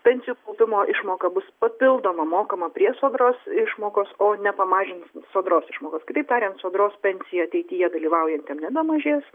pensijų kaupimo išmoka bus papildoma mokama prie sodros išmokos o ne pamažins sodros išmokos kitaip tariant sodros pensija ateityje dalyvaujantiem nebemažės